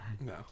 No